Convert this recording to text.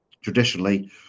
Traditionally